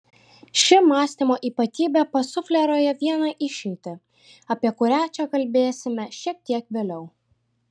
ši mąstymo ypatybė pasufleruoja vieną išeitį apie kurią čia kalbėsime šiek tiek vėliau